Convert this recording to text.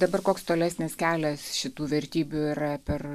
dabar koks tolesnis kelias šitų vertybių yra per